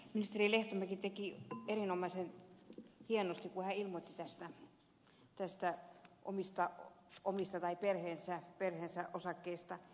ministeri lehtomäki teki erinomaisen hienosti kun hän ilmoitti näistä omista tai perheensä osakkeista